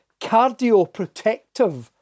cardioprotective